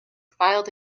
filed